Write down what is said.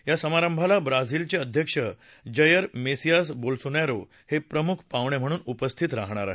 या समारंभाला ब्राझिलचे अध्यक्ष जैर मेसियास बॉलसोनरो हे प्रमुख पाह्णे म्हणून उपस्थित राहणार आहेत